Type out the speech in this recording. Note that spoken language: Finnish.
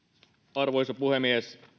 arvoisa puhemies